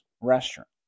restaurant